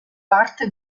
parte